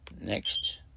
Next